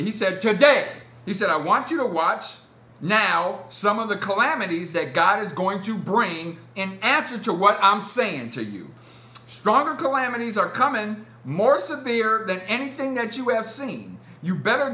said today he said i want you to watch now some of the calamities that god is going to bring an answer to what i'm saying to you stronger calamities are common more severe than anything that you have seen you better